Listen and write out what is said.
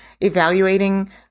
evaluating